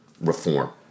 reform